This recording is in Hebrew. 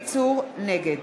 נגד